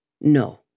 No